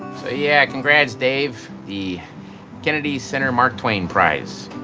yeah, congrats dave. the kennedy center mark twain prize.